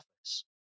office